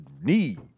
need